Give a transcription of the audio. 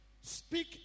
Speak